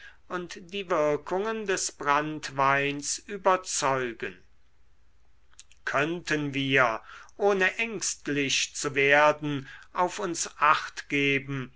und die wirkungen des branntweins überzeugen könnten wir ohne ängstlich zu werden auf uns